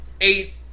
eight